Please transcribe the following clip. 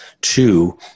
Two